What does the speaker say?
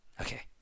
okay